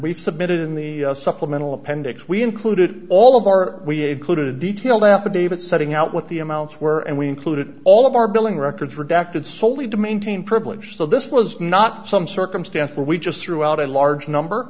we submitted in the supplemental appendix we included all of our we put a detailed affidavit setting out what the amounts were and we included all of our billing records redacted solely to maintain privilege so this was not some circumstance where we just threw out a large number